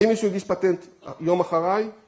‫אם מישהו הגיש פטנט יום אחריי...